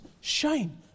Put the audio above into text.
shine